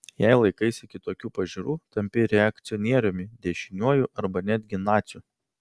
jei laikaisi kitokių pažiūrų tampi reakcionieriumi dešiniuoju arba netgi naciu